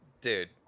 dude